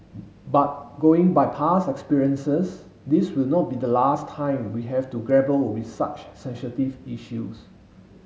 but going by past experiences this will not be the last time we have to grapple with such sensitive issues